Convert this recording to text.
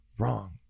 wrong